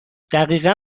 دقیقا